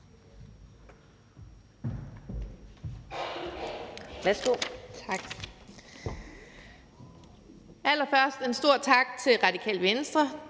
(SF): Tak. Allerførst en stor tak til Radikale Venstre,